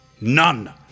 None